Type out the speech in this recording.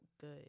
good